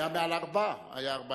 הוא היה מעל 4, הוא היה 4.20,